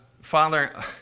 father